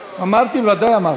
אמרתי, ודאי אמרתי.